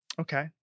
Okay